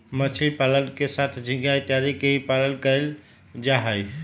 मछलीयन पालन के साथ झींगा इत्यादि के भी पालन कइल जाहई